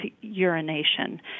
urination